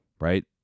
Right